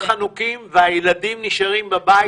חנוקים והילדים נשארים בבית.